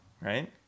right